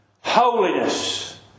Holiness